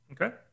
Okay